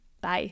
Bye